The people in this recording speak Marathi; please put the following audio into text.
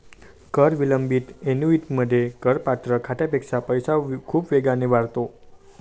कर विलंबित ऍन्युइटीमध्ये, करपात्र खात्यापेक्षा पैसा खूप वेगाने वाढतो